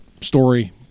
story